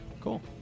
cool